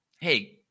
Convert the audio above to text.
Hey